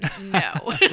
no